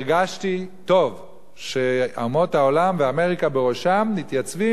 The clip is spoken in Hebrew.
הרגשתי טוב שאומות העולם ואמריקה בראשן מתייצבות